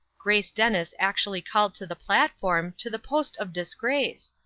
grace dennis actually called to the platform, to the post of disgrace!